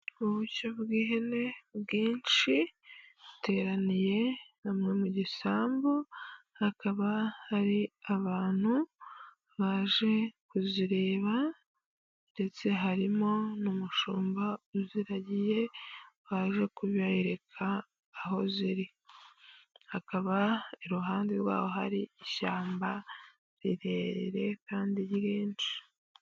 Ubushyo bw'ihene bwinshi buteraniye bamwe mu gisambu, hakaba hari abantu baje kuzireba ndetse harimo n'umushumba uziragiye, baje kubereka aho ziri, hakaba iruhande rwaho hari ishyamba rirerire kandi ryinshi.